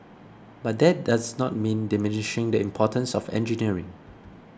but that does not mean diminishing the importance of engineering